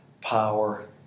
power